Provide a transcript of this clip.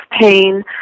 pain